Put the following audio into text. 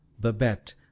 Babette